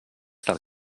del